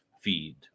feed